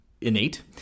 innate